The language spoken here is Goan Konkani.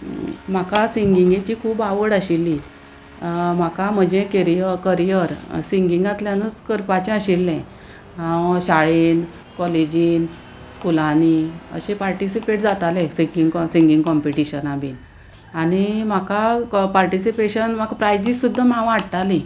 म्हाका सिंगिंगेची खूब आवड आशिल्ली म्हाका म्हजे कॅरियर करियर सिंगिंगांतल्यानूच करपाचें आशिल्लें हांव शाळेन कॉलेजीन स्कुलांनी अशें पार्टिसिपेट जातालें सिंगींग सिंगींग कॉम्पिटिशना बीन आनी म्हाका पार्टिसिपेशन म्हाका प्रायजीस सुद्दा हांव हाडटालीं